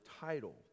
title